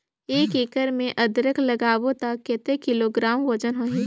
एक एकड़ मे अदरक लगाबो त कतेक किलोग्राम वजन होही?